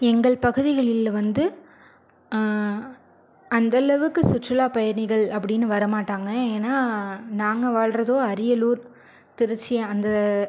எங்கள் பகுதிகளில் வந்து அந்தளவுக்கு சுற்றுலா பயணிகள் அப்படினு வர மாட்டாங்க ஏன்னா நாங்கள் வாழ்கிறதோ அரியலூர் திருச்சி அந்த